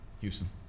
Houston